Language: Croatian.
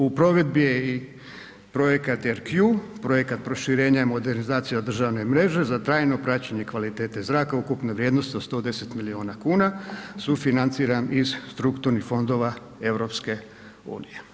U provedbi je i Projekat RQ, projekat proširenja i modernizacije državne mreže za trajno praćenje kvalitete zraka ukupne vrijednosti od 110 miliona kuna sufinanciran iz strukturnih fondova EU.